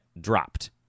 dropped